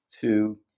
two